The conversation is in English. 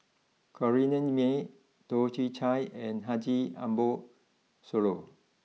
Corrinne May Toh Chin Chye and Haji Ambo Sooloh